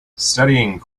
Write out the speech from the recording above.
studying